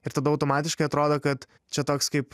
ir tada automatiškai atrodo kad čia toks kaip